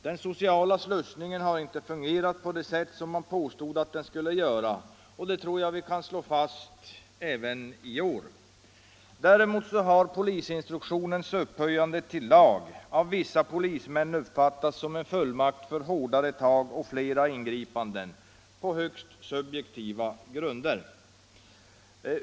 Den sociala slussningen har inte fungerat på det sätt som man påstod att den skulle göra. Det tror jag vi kan slå fast även i år. Däremot har polisinstruktionens upphöjande till lag av vissa polismän uppfattats som en fullmakt för hårdare tag och flera ingripanden på högst subjektiva grunder.